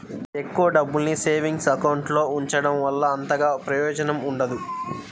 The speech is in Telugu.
ఎక్కువ డబ్బుల్ని సేవింగ్స్ అకౌంట్ లో ఉంచడం వల్ల అంతగా ప్రయోజనం ఉండదు